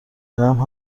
جمع